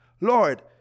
Lord